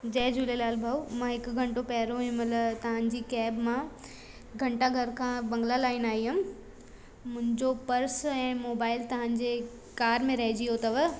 जय झूलेलाल भाउ मां हिक घंटो पहिरियों हिनमहिल तव्हांजी कैब मां घंटाघर खां बंग्ला लाइन आई हुयमि मुंहिंजो पर्स ऐं मोबाइल तव्हांजे कार में रहिजी वियो अथव